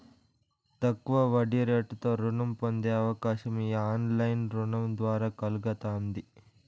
తక్కువ వడ్డీరేటుతో రుణం పొందే అవకాశం ఈ ఆన్లైన్ రుణం ద్వారా కల్గతాంది